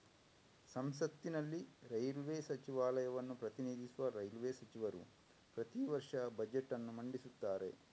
ಸಂಸತ್ತಿನಲ್ಲಿ ರೈಲ್ವೇ ಸಚಿವಾಲಯವನ್ನು ಪ್ರತಿನಿಧಿಸುವ ರೈಲ್ವೇ ಸಚಿವರು ಪ್ರತಿ ವರ್ಷ ಬಜೆಟ್ ಅನ್ನು ಮಂಡಿಸುತ್ತಾರೆ